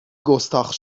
گستاخ